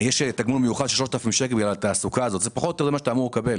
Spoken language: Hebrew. יש תגמול מיוחד של 3,000 שקל שאתה הולך לקבל